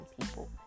people